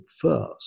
first